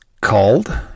called